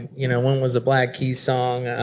you know one was a black keys song.